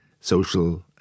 social